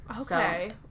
Okay